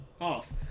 off